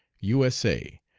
u s a,